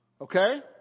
Okay